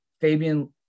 Fabian